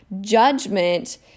judgment